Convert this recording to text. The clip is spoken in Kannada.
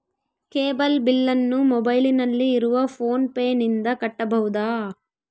ಕೇಬಲ್ ಬಿಲ್ಲನ್ನು ಮೊಬೈಲಿನಲ್ಲಿ ಇರುವ ಫೋನ್ ಪೇನಿಂದ ಕಟ್ಟಬಹುದಾ?